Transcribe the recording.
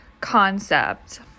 concept